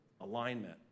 alignment